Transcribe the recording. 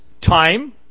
time